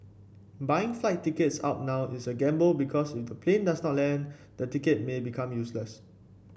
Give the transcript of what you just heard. buying flight tickets out now is a gamble because if the plane does not land the ticket may become useless